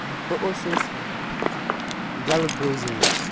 بہٕ اوسُس جلد بٲزی منٛز